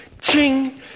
ching